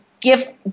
give